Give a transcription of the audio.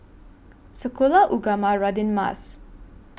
Sekolah Ugama Radin Mas